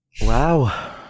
Wow